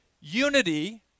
unity